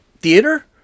theater